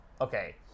okay